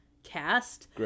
cast